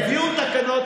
יביאו תקנות,